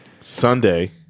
Sunday